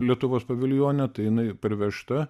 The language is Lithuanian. lietuvos paviljone tai jinai pervežta